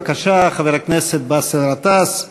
בבקשה, חבר הכנסת באסל גטאס.